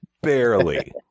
Barely